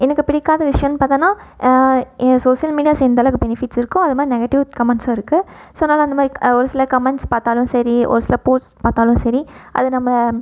எனக்கு பிடிக்காத விஷ்யன்னு பாத்தோம்னா சோசியல் மீடியாஸ் எந்தளவுக்கு பெனிஃபிட்ஸ் இருக்கோ அதுமாதிரி நெகட்டிவ் கமெண்ட்ஸும் இருக்கு ஸோ அதனால அந்தமாதிரி ஒரு சில கமெண்ட்ஸ் பார்த்தாலும் சரி ஒரு சில போஸ்ட் பார்த்தாலும் சரி அது நம்ம